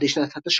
עד לשנת ה'תשכ"ב.